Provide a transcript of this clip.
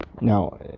Now